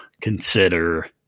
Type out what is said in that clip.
consider